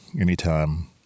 anytime